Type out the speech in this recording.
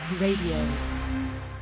Radio